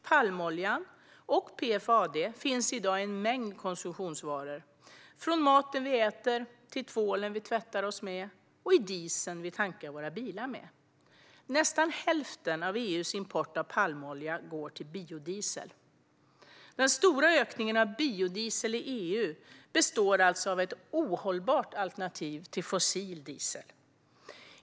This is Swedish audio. Palmolja och PFAD finns i dag i en mängd konsumtionsvaror, från maten vi äter till tvålen vi tvättar oss med och i dieseln som vi tankar våra bilar med. Nästan hälften av EU:s import av palmolja går till biodiesel. Den stora ökningen av biodiesel i EU består alltså av ett ohållbart alternativ till fossil diesel.